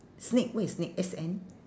snake what is S N